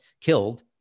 killed